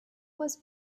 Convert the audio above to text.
was